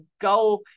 go